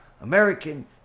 American